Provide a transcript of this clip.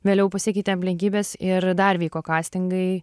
vėliau pasikeitė aplinkybės ir dar vyko kastingai